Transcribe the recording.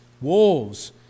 wolves